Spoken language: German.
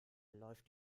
läuft